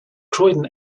croydon